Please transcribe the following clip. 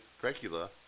Dracula